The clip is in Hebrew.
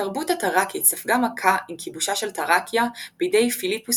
התרבות התראקית ספגה מכה עם כיבושה של תראקיה בידי פיליפוס